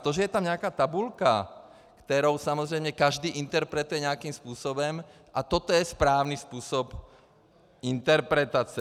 To, že je tam nějaká tabulka, kterou samozřejmě každý interpretuje nějakým způsobem, a toto je správný způsob interpretace.